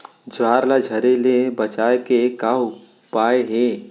ज्वार ला झरे ले बचाए के का उपाय हे?